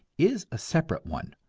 is a separate one,